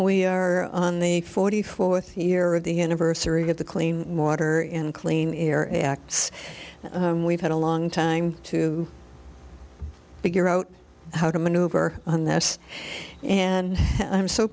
we are on the forty fourth year of the anniversary of the clean water and clean air act so we've had a long time to figure out how to maneuver and that's and i'm so